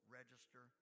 register